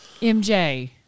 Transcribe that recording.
mj